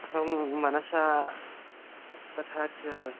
अहं मनसा तथा च